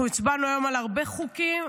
אנחנו הצבענו היום על הרבה חוקים,